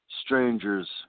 strangers